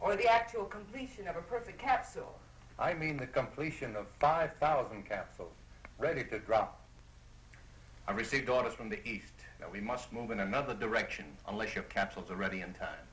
or the actual completion of a perfect capsule i mean the completion of five thousand capsule ready to drop i received orders from the east that we must move in another direction unless you're capsules are ready in time